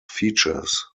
features